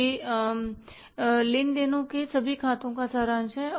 यह लेन देन में सभी खातों का सारांश है